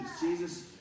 Jesus